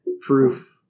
proof